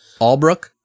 Albrook